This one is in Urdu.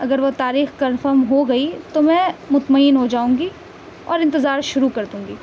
اگر وہ تاریخ کنفرم ہو گئی تو میں مطمئن ہو جاؤں گی اور انتظار شروع کر دوں گی